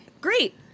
Great